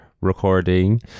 recording